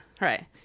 Right